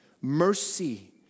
Mercy